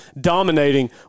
dominating